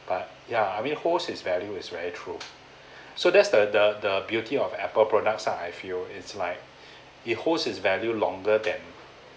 but ya I mean holds its value is very true so that's the the the beauty of Apple products ah I feel it's like it holds its value longer than